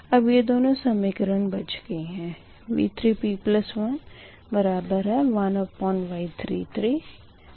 अब ये दोनो समीकरण बच गई है